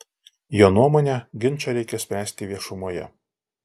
jo nuomone ginčą reikia spręsti viešumoje